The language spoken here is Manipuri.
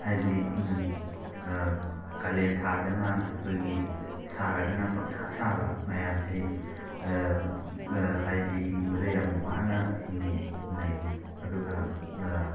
ꯍꯥꯏꯗꯤ ꯀꯥꯂꯦꯟꯊꯥꯗꯅ ꯑꯩꯈꯣꯏꯒꯤ ꯁꯥꯔꯒꯅ ꯄꯪꯁꯥ ꯁꯥꯕ ꯃꯌꯥꯝꯁꯤ ꯍꯥꯏꯗꯤ ꯍꯤꯡꯕꯗ ꯌꯥꯝ ꯋꯥꯅ ꯍꯤꯡꯅꯩ ꯑꯗꯨꯒ